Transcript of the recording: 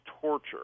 torture